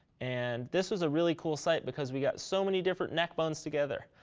and this was a really cool site because we got so many different neck bones together.